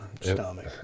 stomach